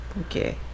okay